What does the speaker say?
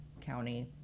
county